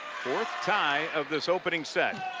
fourth tie of this opening set.